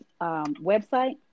website